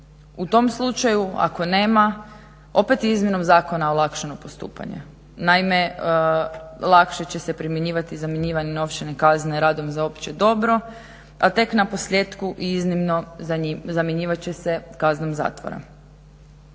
U tom slučaju ako nema opet je izmjenom zakona olakšano postupanje. Naime, lakše će se primjenjivati zamjenjivanje novčane kazne radom za opće dobro, a tek naposljetku i iznimno zamjenjivat će se kaznom zatvora.